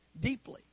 deeply